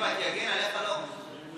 מצבנו הרבה יותר טוב.